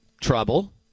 trouble